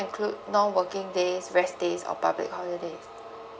include non working days rest days or public holidays